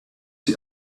see